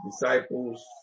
disciples